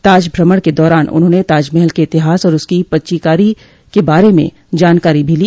ताज भ्रमण के दौरान उन्होंने ताजमहल के इतिहास और उसकी पच्चीकारी के बारे में जानकारी भी ली